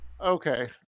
Okay